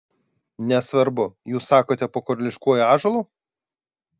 nesvarbu jūs sakote po karališkuoju ąžuolu